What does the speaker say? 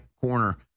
corner